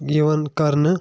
یوان کرنہٕ